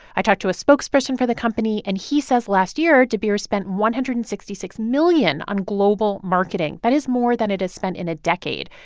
i talked to a spokesperson for the company, and he says last year de beers spent one hundred and sixty six million on global marketing. that is more than it has spent in a decade.